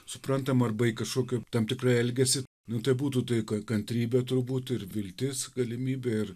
suprantama arba į kažkokį tam tikrą elgesį nu tai būtų tai kad kantrybė turbūt ir viltis galimybė ir